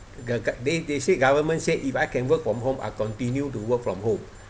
the gov~ they they said government said if I can work from home I continue to work from home